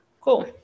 cool